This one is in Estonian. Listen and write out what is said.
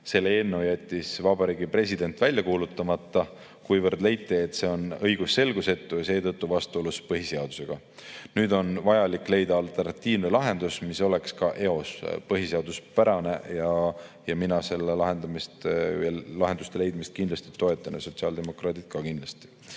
Selle eelnõu jättis Vabariigi President välja kuulutamata, kuivõrd leiti, et see on õigusselgusetu ja seetõttu vastuolus põhiseadusega. Nüüd on vaja leida alternatiivne lahendus, mis oleks eos põhiseaduspärane. Mina selle lahenduse leidmist toetan ja sotsiaaldemokraadid kindlasti